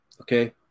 okay